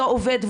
לא עובד,